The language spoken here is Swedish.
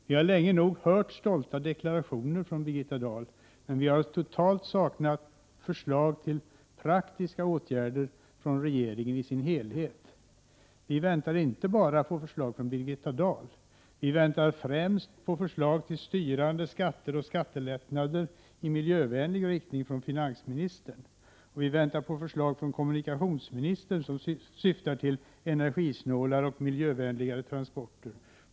Vi har länge nog hört stolta deklarationer från Birgitta Dahl, men vi har totalt saknat förslag till praktiska åtgärder från regeringen i dess helhet. Vi väntar inte bara på förslag från Birgitta Dahl, vi väntar främst på förslag från finansministern till styrande skatter och skattelättnader i miljövänlig riktning. Vi väntar på förslag från kommunikationsministern som syftar till energisnålare och miljövänligare transporter.